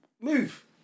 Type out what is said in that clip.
Move